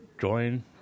join